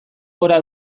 gora